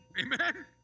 amen